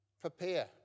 Prepare